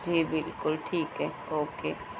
جی بالکل ٹھیک ہے اوکے